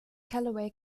callaway